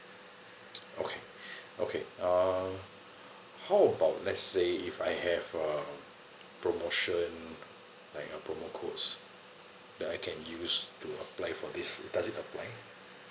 okay okay uh how about let's say if I have a promotion like uh promo codes that I can use to apply for this does it apply